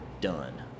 done